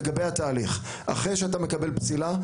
לגבי התהליך: אחרי שאתה מקבל פסילה,